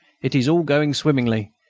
it is all going swimmingly.